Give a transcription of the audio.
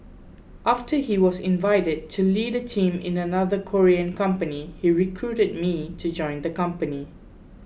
after he was invited to lead a team in another Korean company he recruited me to join the company